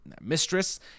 mistress